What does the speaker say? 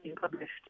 published